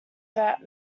about